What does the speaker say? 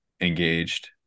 engaged